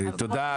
תודה.